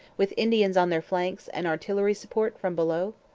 with indians on their flanks and artillery support from below?